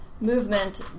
movement